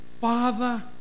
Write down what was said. Father